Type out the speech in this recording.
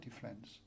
friends